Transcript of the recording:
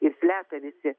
ir slepia visi